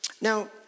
Now